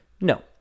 No